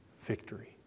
victory